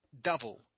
double